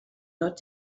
not